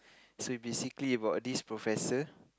so basically about this professor